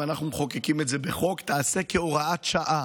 אם אנחנו מחוקקים את זה בחוק, תיעשה כהוראת שעה,